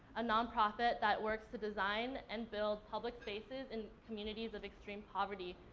a non-profit that works to design and build public spaces in communities of extreme poverty,